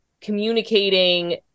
communicating